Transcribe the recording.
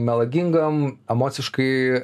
melagingam emociškai